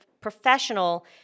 professional